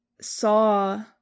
saw